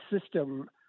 system